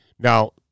Now